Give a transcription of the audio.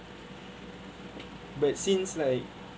but since like